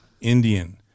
Indian